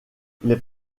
les